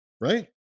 right